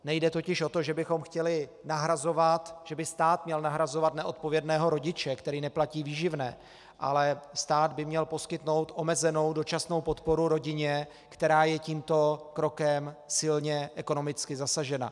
Nejde totiž o to, že by stát měl nahrazovat neodpovědného rodiče, který neplatí výživné, ale stát by měl poskytnout omezenou dočasnou podporu rodině, která je tímto krokem silně ekonomicky zasažena.